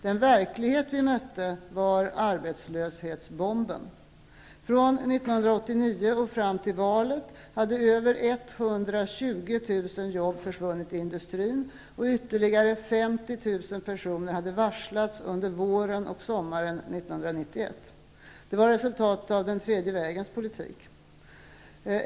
Den verklighet vi mötte var arbetslöshetsbomben. Från 1989 och fram till valet hade över 120 000 jobb försvunnit i industrin och ytterligare 50 000 1991. Det var resultatet av den tredje vägens politik.